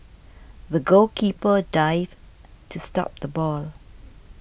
the goalkeeper dived to stop the ball